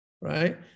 right